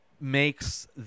makes